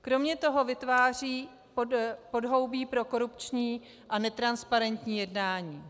Kromě toho vytváří podhoubí pro korupční a netransparentní jednání.